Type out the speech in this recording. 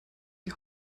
die